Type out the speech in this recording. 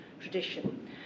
tradition